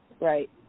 right